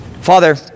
Father